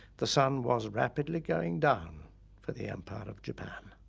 the sun was rapidly going down for the empire of japan.